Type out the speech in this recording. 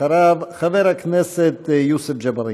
אחריו, חבר הכנסת יוסף ג'בארין.